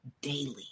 daily